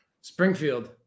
Springfield